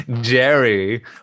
Jerry